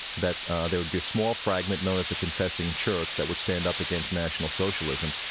that there would be a small fragment known as the confessing church that would stand up against national socialism,